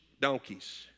donkeys